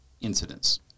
incidents